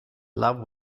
love